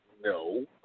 No